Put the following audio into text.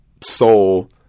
soul